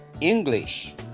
English